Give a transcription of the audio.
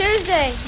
Tuesday